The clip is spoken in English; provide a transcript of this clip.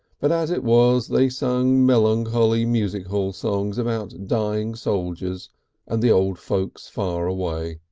but as it was they sang melancholy music hall songs about dying soldiers and the old folks far away.